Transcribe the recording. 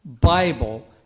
Bible